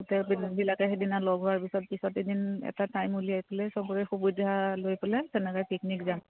গোটেইবিলাকে সেইদিনা লগ হোৱাৰ পিছত পিছত এদিন এটা টাইম উলিয়াই পেলাই সবৰে সুবিধা লৈ পেলাই তেনেকে পিকনিক যাম